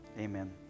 Amen